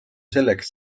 selleks